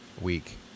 week